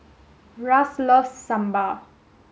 Russ loves Sambal